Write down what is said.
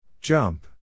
Jump